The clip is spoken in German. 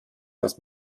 dass